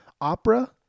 opera